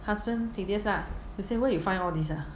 husband tedious lah he say where you find all these ah